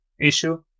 issue